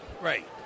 Right